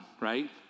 right